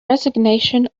resignation